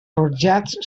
forjats